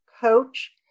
coach